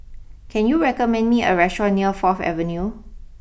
can you recommend me a restaurant near fourth Avenue